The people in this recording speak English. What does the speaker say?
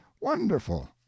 wonderful